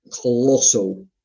colossal